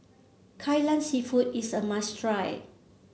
Kai Lan seafood is a must try